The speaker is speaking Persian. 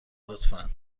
لطفا